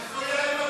תודה.